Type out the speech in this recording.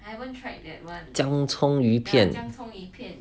姜葱鱼片